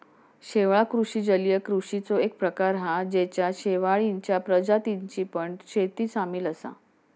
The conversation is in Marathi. शेवाळ कृषि जलीय कृषिचो एक प्रकार हा जेच्यात शेवाळींच्या प्रजातींची पण शेती सामील असा